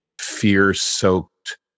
fear-soaked